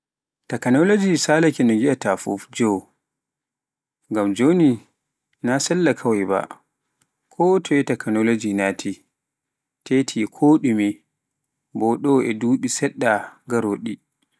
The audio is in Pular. Takanoloji salaaki no ngiata fuf, joo, ngam joni na sella kawai ba kotooye takanologi naati, taati ko ɗume boo ɗo e duɓi saɗɗa ngaroɗi.